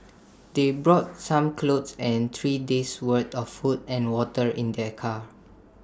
they brought some clothes and three days'worth of food and water in their car